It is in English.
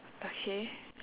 okay